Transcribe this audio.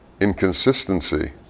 inconsistency